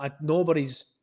nobody's